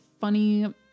funny